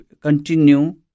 continue